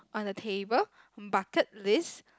on the table bucket list